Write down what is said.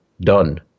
Done